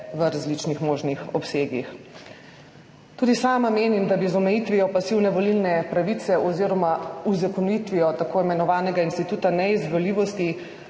v različnih možnih obsegih. Tudi sama menim, da bi z omejitvijo pasivne volilne pravice oziroma uzakonitvijo tako imenovanega instituta neizvoljivosti